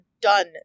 done